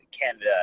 Canada